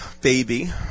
baby